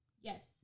Yes